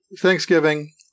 Thanksgiving